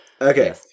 Okay